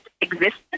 exists